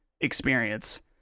experience